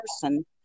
person